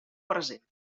present